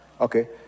Okay